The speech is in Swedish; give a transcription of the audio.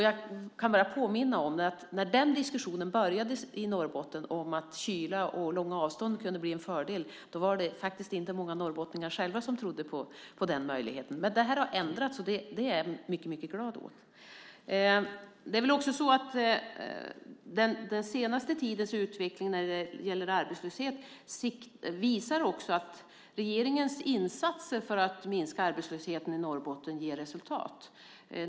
Jag kan bara påminna om att när diskussionen började i Norrbotten om att kyla och långa avstånd kunde bli en fördel var det faktiskt inte många norrbottningar som själva trodde på den möjligheten. Men detta har ändrats, och det är jag mycket glad för. Den senaste tidens utveckling när det gäller arbetslöshet visar att regeringens insatser för att minska arbetslösheten i Norrbotten ger resultat.